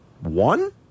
One